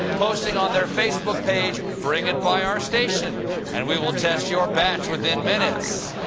posting on their facebook page bring it by our station and we will test your batch within minutes!